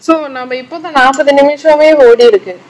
so now may put out after the new me show me whole day again